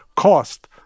cost